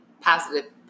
positive